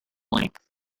length